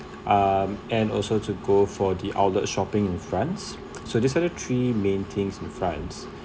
um and also to go for the outlet shopping in france so these are the three main things in front